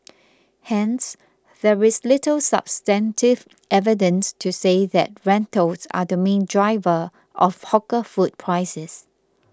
hence there is little substantive evidence to say that rentals are the main driver of hawker food prices